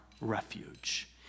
refuge